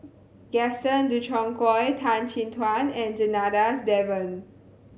Gaston Dutronquoy Tan Chin Tuan and Janadas Devan